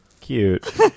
Cute